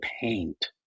paint